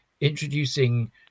introducing